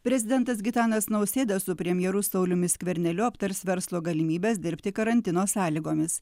prezidentas gitanas nausėda su premjeru sauliumi skverneliu aptars verslo galimybes dirbti karantino sąlygomis